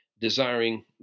desiring